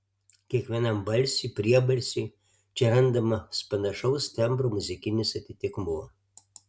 kiekvienam balsiui priebalsiui čia randamas panašaus tembro muzikinis atitikmuo